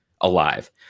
alive